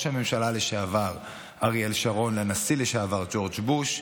הממשלה לשעבר אריאל שרון לנשיא לשעבר ג'ורג' בוש,